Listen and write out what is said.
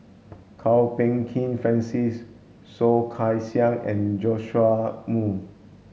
Kwok Peng Kin Francis Soh Kay Siang and Joash Moo